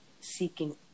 seeking